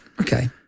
okay